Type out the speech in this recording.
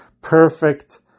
perfect